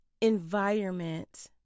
environment